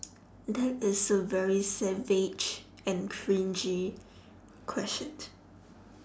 that is a very savage and cringey question